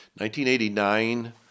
1989